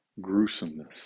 gruesomeness